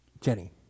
Jenny